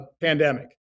pandemic